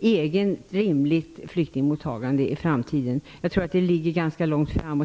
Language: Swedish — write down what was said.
eget, rimligt flyktingmottagande i framtiden. Jag tror att det ligger ganska långt fram i tiden.